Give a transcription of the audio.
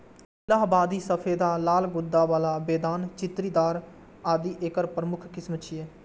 इलाहाबादी सफेदा, लाल गूद्दा बला, बेदाना, चित्तीदार आदि एकर प्रमुख किस्म छियै